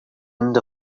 end